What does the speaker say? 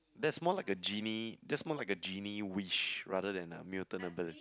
that's more like a genie that's more like a genie wish rather than a mutant ability